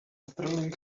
thrilling